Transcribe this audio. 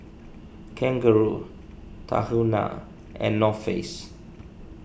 Kangaroo Tahuna and North Face